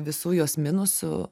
visų jos minusų